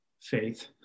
faith